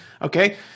Okay